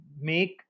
make